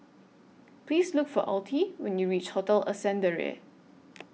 Please Look For Altie when YOU REACH Hotel Ascendere